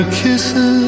kisses